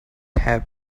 have